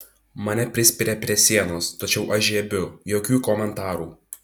mane prispiria prie sienos tačiau aš žiebiu jokių komentarų